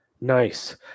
Nice